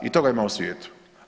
I toga ima u svijetu.